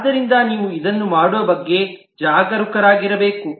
ಆದ್ದರಿಂದ ನೀವು ಇದನ್ನು ಮಾಡುವ ಬಗ್ಗೆ ಜಾಗರೂಕರಾಗಿರಬೇಕು